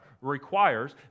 requires